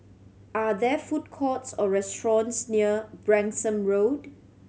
are there food courts or restaurants near Branksome Road